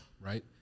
right